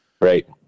right